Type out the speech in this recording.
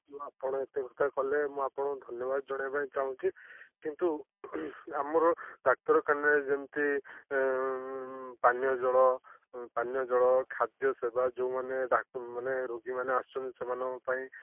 ମୁଁ ଆପଣ ଏତେ କଥା କଲେ ମୁଁ ଆପଣଙ୍କୁ ଧନ୍ୟବାଦ ଜଣାଇବାକୁ ଚାଁହୁଛି କିନ୍ତୁ ଆମର ଡାକ୍ତରଖାନାରେ ଯେମିତି ପାନୀୟ ଜଳ ପାନୀୟ ଜଳ ଖାଦ୍ୟ ସେବା ଯେଉଁ ମାନେ ଡାକ୍ତର ମାନେ ରୋଗୀ ମାନେ ଆସୁଛନ୍ତି ସେମାନଙ୍କ ପାଇଁ